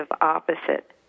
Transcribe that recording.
opposite